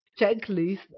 checklist